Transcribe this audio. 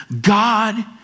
God